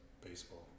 Baseball